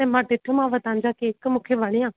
त मां ॾिठोमाव तव्हांजा केक मूंखे वणिया